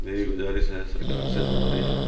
یہی گزارش ہے سرکار سے ہماری